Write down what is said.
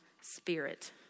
spirit